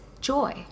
joy